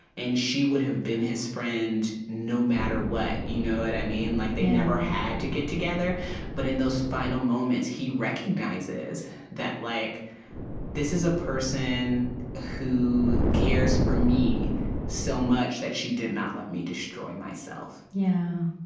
and she would have been his friend no matter what, you know what i mean? like they never had to get together but in those final moments, he recognizes that like this is a person who cares for me so much that she did not let me destroy myself. yeah